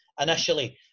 initially